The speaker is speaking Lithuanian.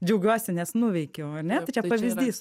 džiaugiuosi nes nuveikiau ane tai čia pavyzdys